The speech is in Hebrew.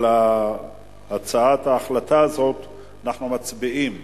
על הצעת ההחלטה הזאת אנחנו מצביעים.